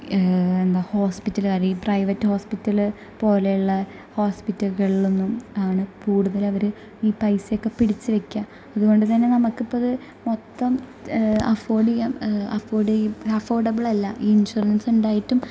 ഹോസ്പിറ്റല്കാർ ഈ private hospital പോലെയുള്ള ഹോസ്പിറ്റലുകളിലൊന്നും ആണ് കൂടുതലവർ ഈ പൈസേക്കെ പിടിച്ച് വക്കുക അതുകൊണ്ട് തന്നെ നമുക്കിപ്പത് മൊത്തം അഫോർഡ് ചെയ്യാം അഫോർഡ് ചെയ്യും അഫോർഡബിളല്ല ഇൻഷുറൻസ് ഉണ്ടായിട്ടും